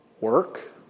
work